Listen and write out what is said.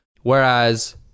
whereas